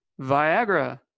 Viagra